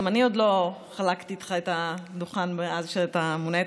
גם אני עדיין לא חלקתי איתך את הדוכן מאז שמונית.